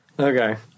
Okay